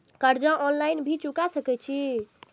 कर्जा ऑनलाइन भी चुका सके छी?